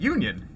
Union